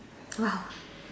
!wow!